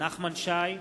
נחמן שי,